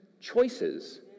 choices